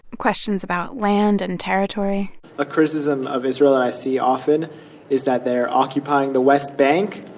questions about land and territory a criticism of israel that i see often is that they're occupying the west bank.